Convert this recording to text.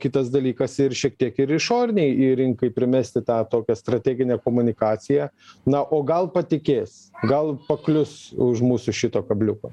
o kitas dalykas ir šiek tiek ir išorinei rinkai primesti tą tokią strateginę komunikaciją na o gal patikės gal paklius už mūsų šito kabliuko